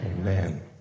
amen